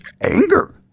anger